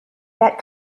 that